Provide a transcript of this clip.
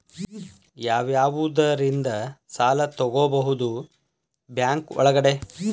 ಯಾವ್ಯಾವುದರಿಂದ ಸಾಲ ತಗೋಬಹುದು ಬ್ಯಾಂಕ್ ಒಳಗಡೆ?